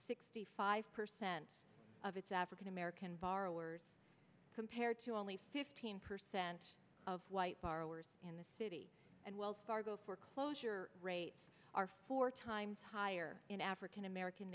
sixty five percent of its african american borrowers compared to only fifteen percent of white borrowers in the city and wells fargo foreclosure rates are four times higher in african american